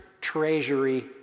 treasury